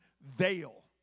veil